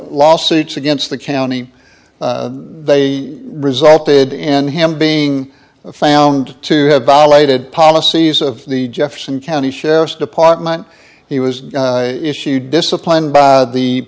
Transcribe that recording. lawsuits against the county they resulted in him being a found to have validated policies of the jefferson county sheriff's department he was issued disciplined by the